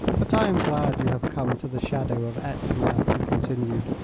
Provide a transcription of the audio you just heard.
but i am glad you have come to the shadow of etna, he continued,